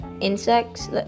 insects